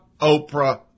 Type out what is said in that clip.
Oprah